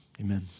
Amen